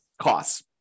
costs